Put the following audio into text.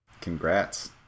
congrats